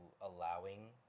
allowing